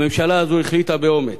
הממשלה החליטה באומץ.